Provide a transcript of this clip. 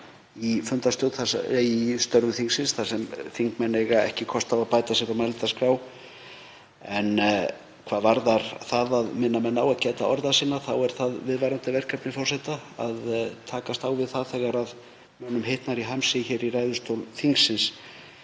er það viðvarandi verkefni forseta að takast á við þegar mönnum hitnar í hamsi hér í ræðustól þingsins.